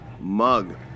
mug